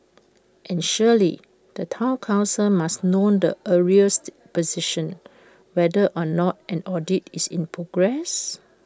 and surely the Town Council must know the arrears position whether or not an audit is in progress